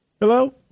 Hello